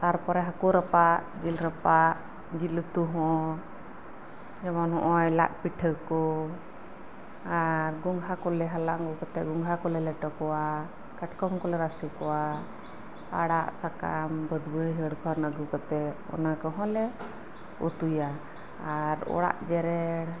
ᱛᱟᱨᱯᱚᱨᱮ ᱦᱟᱹᱠᱩ ᱨᱟᱯᱟᱜ ᱡᱤᱞ ᱨᱟᱯᱟᱜ ᱡᱤᱞ ᱩᱛᱩ ᱦᱚᱸ ᱡᱮᱢᱚᱱ ᱱᱚᱜᱚᱭ ᱞᱟᱫ ᱯᱤᱴᱷᱟᱹᱠᱚ ᱟᱨ ᱜᱚᱝᱜᱷᱟ ᱠᱚᱞᱮ ᱦᱟᱞᱟᱝ ᱟᱹᱜᱩ ᱠᱚᱛᱮ ᱜᱚᱝᱜᱷᱟ ᱠᱚᱞᱮ ᱞᱮᱴᱚ ᱠᱚᱣᱟ ᱠᱟᱴᱠᱚᱢ ᱠᱚᱞᱮ ᱨᱟᱥᱮ ᱠᱚᱣᱟ ᱟᱲᱟᱜ ᱥᱟᱠᱟᱢ ᱵᱟᱹᱫ ᱵᱟᱹᱭᱦᱟᱹᱲ ᱠᱷᱚᱱ ᱟᱹᱜᱩ ᱠᱟᱛᱮ ᱚᱱᱟ ᱠᱚᱦᱚᱸᱞᱮ ᱩᱛᱩᱭᱟ ᱟᱨ ᱚᱲᱟᱜ ᱡᱮᱨᱮᱲ